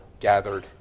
gathered